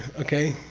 okay?